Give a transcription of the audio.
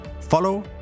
Follow